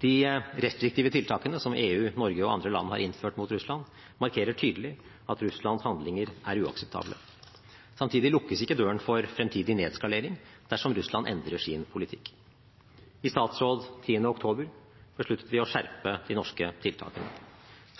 De restriktive tiltakene som EU, Norge og andre land har innført mot Russland, markerer tydelig at Russlands handlinger er uakseptable. Samtidig lukkes ikke døren for fremtidig nedskalering dersom Russland endrer sin politikk. I statsråd 10. oktober besluttet vi å skjerpe de norske tiltakene.